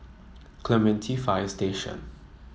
Clementi Fire Station